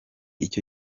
icyo